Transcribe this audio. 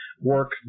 work